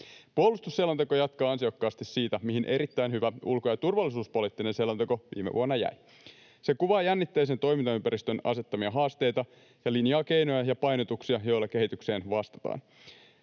Puolustusselonteko jatkaa ansiokkaasti siitä, mihin erittäin hyvä ulko- ja turvallisuuspoliittinen selonteko viime vuonna jäi. Se kuvaa jännitteisen toimintaympäristön asettamia haasteita ja linjaa keinoja ja painotuksia, joilla kehitykseen vastataan.